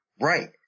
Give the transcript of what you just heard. Right